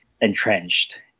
entrenched